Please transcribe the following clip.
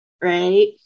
right